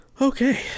Okay